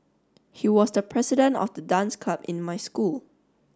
he was the president of the dance club in my school